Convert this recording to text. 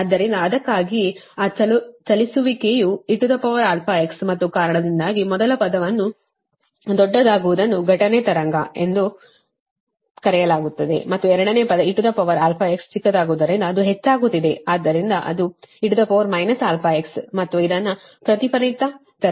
ಆದ್ದರಿಂದ ಅದಕ್ಕಾಗಿಯೇ ಆ ಚಲಿಸುವಿಕೆಯು eαx ಮತ್ತು ಕಾರಣದಿಂದಾಗಿ ಮೊದಲ ಪದವನ್ನು ದೊಡ್ಡದಾಗುವುದನ್ನು ಘಟನೆ ತರಂಗ ಎಂದು ಕರೆಯಲಾಗುತ್ತದೆ ಮತ್ತು ಎರಡನೇ ಪದ e αx ಚಿಕ್ಕದಾಗುವುದರಿಂದ ಅದು ಹೆಚ್ಚಾಗುತ್ತಿದೆ ಏಕೆಂದರೆ ಅದು e αx ಮತ್ತು ಇದನ್ನು ಪ್ರತಿಫಲಿತ ತರಂಗ ಎಂದು ಕರೆಯಲಾಗುತ್ತದೆ